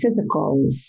physical